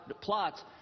plots